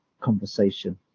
conversation